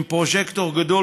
עם פרוז'קטור גדול,